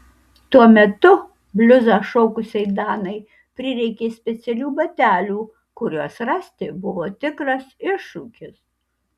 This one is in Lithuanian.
tuo metu bliuzą šokusiai danai prireikė specialių batelių kuriuos rasti buvo tikras iššūkis